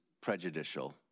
prejudicial